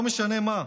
לא משנה מה,